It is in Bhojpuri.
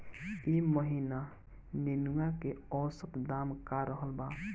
एह महीना नेनुआ के औसत दाम का रहल बा?